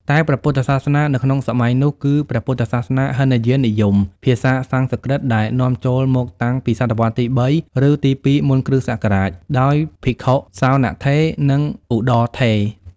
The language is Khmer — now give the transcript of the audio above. តែព្រះពុទ្ធសាសនានៅក្នុងសម័យនោះ គឺព្រះពុទ្ធសាសនាហីនយាននិយម ភាសាសំស្ក្រឹតដែលនាំចូលមកតាំងពីសតវត្សទី៣ ឬ ទី២ មុនគ.ស. ដោយភិក្ខុ សោណត្ថេរ និងឧត្តរត្ថេរ ។